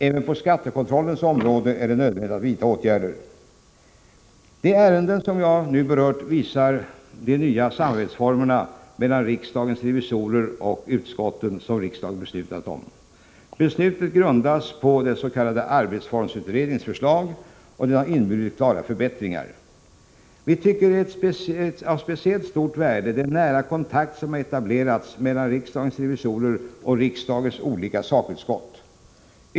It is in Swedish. Även på skattekontrollens område är det nödvändigt att vidta åtgärder. De ärenden som jag nu berört visar de nya samarbetsformerna mellan riksdagens revisorer och utskotten, som riksdagen beslutat om. Beslutet grundas på den s.k. arbetsformsutredningens förslag, och det har inneburit klara förbättringar. Av speciellt värde är den nära kontakt som etablerats mellan riksdagens revisorer och riksdagens olika sakutskott.